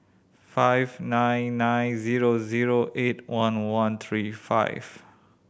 five nine nine zero zero eight one one three five